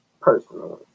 personally